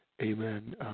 amen